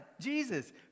Jesus